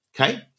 okay